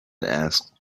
asked